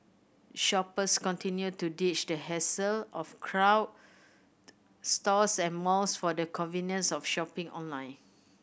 shoppers continue to ditch the hassle of crowd stores and malls for the convenience of shopping online